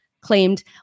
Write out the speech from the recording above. claimed